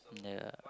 yeah